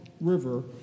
River